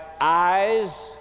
eyes